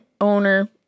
owner